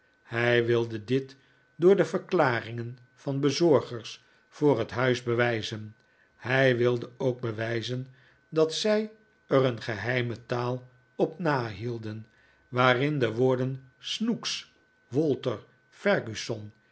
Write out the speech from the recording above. hij wilde dit door de verklaringen van bezorgers voor het huis bewijzen hij wilde ook bewijzen dat zij er een geheime taal op na hielden waarin de woorden snooks walter